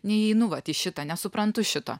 neįeinu vat į šitą nesuprantu šito